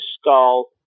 skull